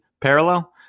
parallel